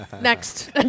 Next